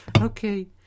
Okay